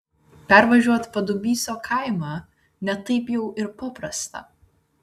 pervažiuot padubysio kaimą ne taip jau ir paprasta